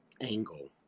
angle